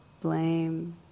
blame